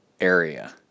area